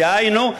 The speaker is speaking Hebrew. דהיינו,